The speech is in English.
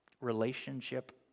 relationship